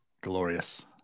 Glorious